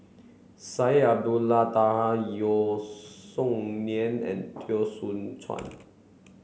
Syed Taha Yeo Song Nian and Teo Soon Chuan